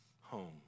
home